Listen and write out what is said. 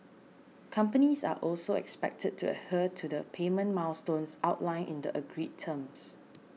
companies are also expected to adhere to the payment milestones outlined in the agreed terms